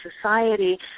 society